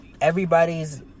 Everybody's